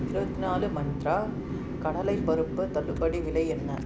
இருவத்திநாலு மந்த்ரா கடலைப் பருப்பு தள்ளுபடி விலை என்ன